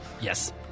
Yes